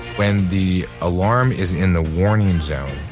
when the alarm is in the warning zone,